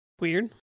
Weird